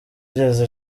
ageza